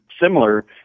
similar